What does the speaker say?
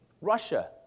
Russia